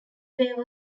wave